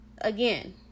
again